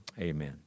Amen